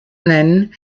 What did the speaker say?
nennen